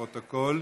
לפרוטוקול.